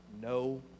No